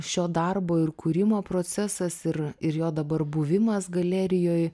šio darbo ir kūrimo procesas ir ir jo dabar buvimas galerijoj